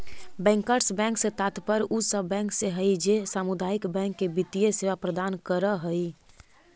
bankers bank से तात्पर्य उ सब बैंक से हइ जे सामुदायिक बैंक के वित्तीय सेवा प्रदान करऽ हइ